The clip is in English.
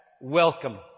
welcome